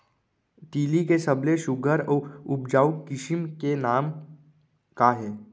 तिलि के सबले सुघ्घर अऊ उपजाऊ किसिम के नाम का हे?